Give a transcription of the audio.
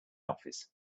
office